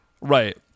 Right